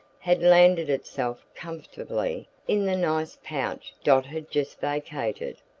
had landed itself comfortably in the nice pouch dot had just vacated.